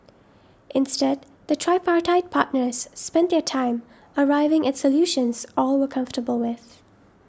instead the tripartite partners spent their time arriving at solutions all were comfortable with